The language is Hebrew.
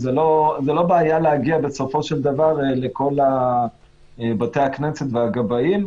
זאת לא בעיה להגיע בסופו של דבר לכל בתי הכנסת והגבאים,